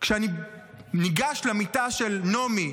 כשאני ניגש למיטה של נעמי,